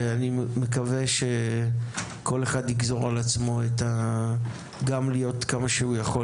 ואני מקווה שכל אחד יגזור על עצמו להיות תמציתי